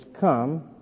come